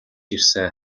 ирсэн